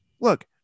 look